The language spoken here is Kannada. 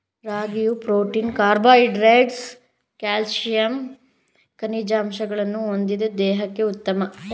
ರಾಗಿಯು ಪ್ರೋಟೀನ್ ಕಾರ್ಬೋಹೈಡ್ರೇಟ್ಸ್ ಕ್ಯಾಲ್ಸಿಯಂ ಖನಿಜಾಂಶಗಳನ್ನು ಹೊಂದಿದ್ದು ದೇಹಕ್ಕೆ ಉತ್ತಮ ಆಹಾರವಾಗಿದೆ